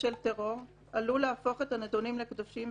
של טרור עלול להפוך את הנדונים לקדושים,